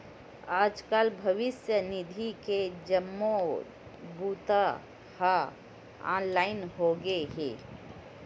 आजकाल भविस्य निधि के जम्मो बूता ह ऑनलाईन होगे हे